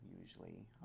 usually